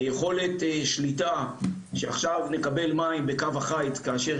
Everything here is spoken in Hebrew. ליכולת שליטה שבה נקבל מים בקו החיץ כאשר